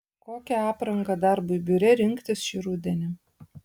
kokią aprangą darbui biure rinktis šį rudenį